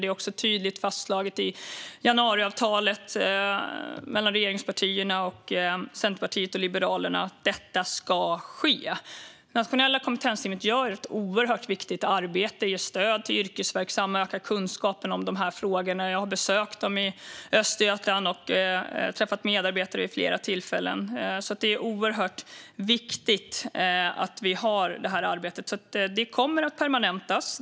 Det är också tydligt fastslaget i januariavtalet mellan regeringspartierna, Centerpartiet och Liberalerna att detta ska ske. Nationella kompetensteamet gör ett oerhört viktigt arbete. De ger stöd till yrkesverksamma och ökar kunskapen om dessa frågor. Jag har besökt dem i Östergötland och träffat medarbetare vid flera tillfällen. Det är oerhört viktigt att vi har detta arbete, och det kommer att permanentas.